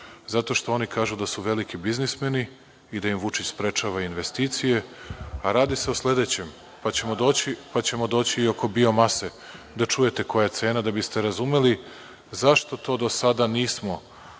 zato što oni kažu da su veliki biznismeni i da im Vučić sprečava investicije, a radi se o sledećem, pa ćemo doći i oko biomase, da čujete koja je cena, da biste razumeli zašto to do sada nismo razvili,